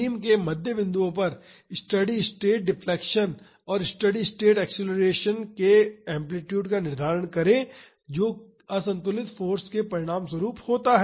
beam के मध्य बिंदुओं पर स्टेडी स्टेट डिफ्लेक्शन और स्टेडी स्टेट एक्सेलरेशन के एम्पलीटूड का निर्धारण करे जो असंतुलित फाॅर्स के परिणामस्वरूप होता है